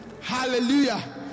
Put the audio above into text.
Hallelujah